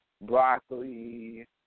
broccoli